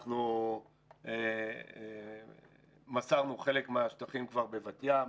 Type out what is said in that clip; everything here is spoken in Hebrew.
אנחנו מסרנו חלק מהשטחים כבר בבת ים.